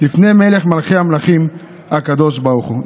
לפני מלך מלכי המלכים הקדוש ברוך הוא".